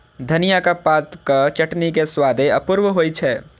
धनियाक पातक चटनी के स्वादे अपूर्व होइ छै